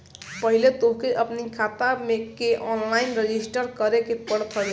पहिले तोहके अपनी खाता के ऑनलाइन रजिस्टर करे के पड़त हवे